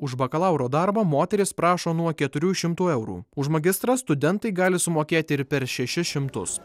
už bakalauro darbą moteris prašo nuo keturių šimtų eurų už magistrą studentai gali sumokėti ir per šešis šimtus